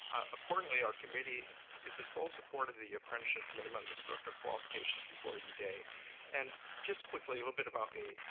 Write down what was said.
accordingly our committee is in full support of the apprenticeship i mean um instructor qualifications before you today and just quickly a little about me.